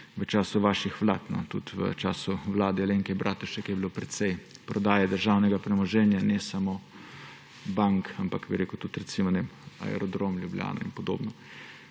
v času vaših vlad, tudi v času vlade Alenke Bratušek je bilo precej prodaje državnega premoženja, ne samo bank, ampak tudi, recimo, Aerodrom Ljubljana in podobno.